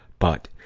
but,